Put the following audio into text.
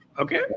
Okay